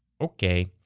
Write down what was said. Okay